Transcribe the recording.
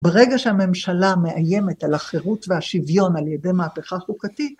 ברגע שהממשלה מאיימת על החירות והשוויון על ידי מהפכה חוקתית